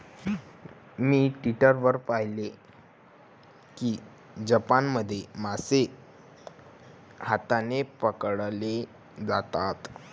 मी Twitter वर पाहिले की जपानमध्ये मासे हाताने पकडले जातात